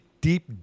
deep